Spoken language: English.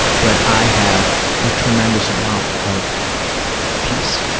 but i have a tremendous amount of peace,